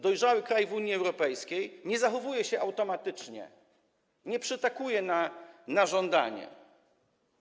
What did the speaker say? Dojrzały kraj Unii Europejskiej nie zachowuje się automatycznie, nie przytakuje na żądanie.